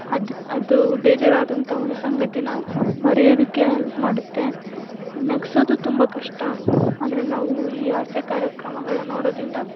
ಅದು ಅದು ಬೇಜಾರಾದಂಥ ಒಂದು ಸಂಗತೀನ ಮರ್ಯೋದಕ್ಕೆ ಹೆಲ್ಪ್ ಮಾಡುತ್ತೆ ಈ ನಗಿಸೋದು ತುಂಬ ಕಷ್ಟ ಆದರೆ ನಾವು ಈ ಹಾಸ್ಯ ಕಾರ್ಯಕ್ರಮಗಳನ್ನ ನೋಡೋದರಿಂದ